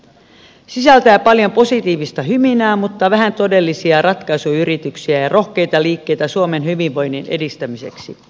se sisältää paljon positiivista hyminää mutta vähän todellisia ratkaisuyrityksiä ja rohkeita liikkeitä suomen hyvinvoinnin edistämiseksi